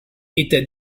était